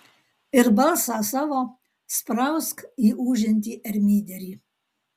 ir balsą savo sprausk į ūžiantį ermyderį